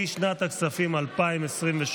לשנת הכספים 2023,